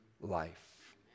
life